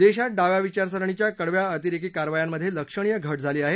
देशात डाव्या विचारसरणीच्या कडव्या अतिरेकी कारवायामधे लक्षणीय घट झाली आहे